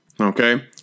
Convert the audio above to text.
Okay